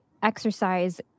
exercise